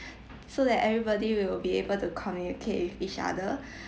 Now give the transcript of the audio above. so that everybody will be able to communicate with each other